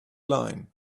line